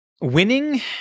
winning